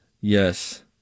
Yes